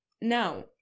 Now